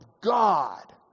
God